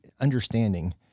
understanding